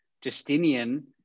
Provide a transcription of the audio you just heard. Justinian